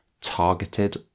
targeted